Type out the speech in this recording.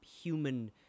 human